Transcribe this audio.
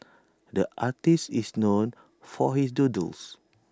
the artist is known for his doodles